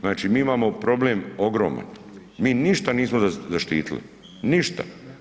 Znači mi imamo problem ogroman, mi ništa nismo zaštitili, ništa.